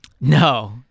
No